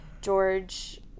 George